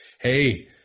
hey